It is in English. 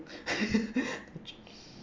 okay